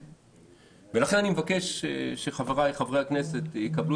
ולכן אני מבקש שחבריי חברי הכנסת יקבלו